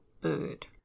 bird